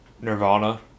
Nirvana